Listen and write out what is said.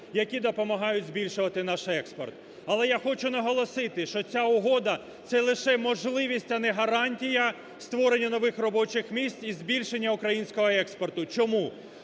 які допомагають збільшувати наш експорт. Але я хочу наголосити, що ця угода це лише можливість, а не гарантія створення нових робочих місць і збільшення українського експорту. Чому?